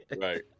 right